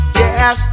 yes